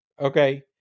Okay